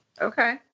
Okay